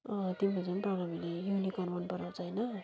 अँ तिम्रो झन् प्रनवीले युनिकर्न मन पराउँछ होइन